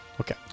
Okay